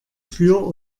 für